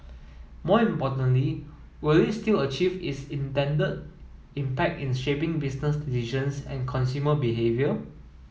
more importantly will it still achieve its intended impact in shaping business decisions and consumer behaviour